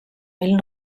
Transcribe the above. mil